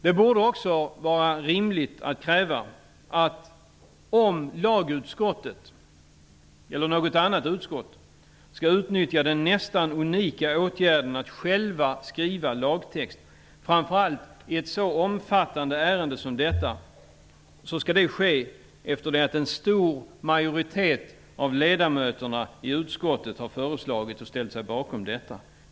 Det borde också vara rimligt att kräva att om lagutskottet, eller något annat utskott, skall utnyttja den nästan unika möjligheten att självt skriva en lagtext skall det -- framför allt i ett så omfattande ärende som detta -- ske efter det att en stor majoritet av ledamöterna föreslagit och ställt sig bakom detta.